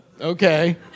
Okay